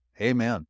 Amen